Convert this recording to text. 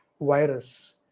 virus